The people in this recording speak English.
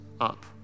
up